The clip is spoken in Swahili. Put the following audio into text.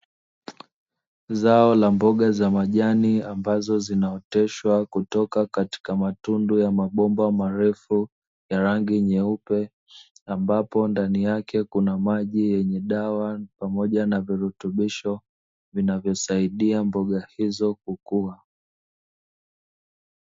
Zao la mboga za majani ambazo zinaoteshwa kutoka katika matundu ya mabomba marefu ya rangi nyeupe, ambapo ndani yake kuna maji yenye dawa pamoja na virutubisho vinavyosaidia mboga hizo kukua.